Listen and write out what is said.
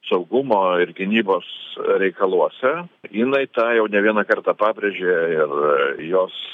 saugumo ir gynybos reikaluose jinai tą jau ne vieną kartą pabrėžė ir jos